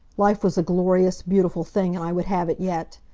life was a glorious, beautiful thing, and i would have it yet.